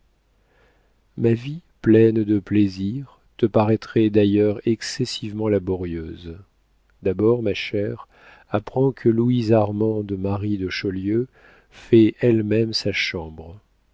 ma vie pleine de plaisirs te paraîtrait d'ailleurs excessivement laborieuse d'abord ma chère apprends que louise armande marie de chaulieu fait elle-même sa chambre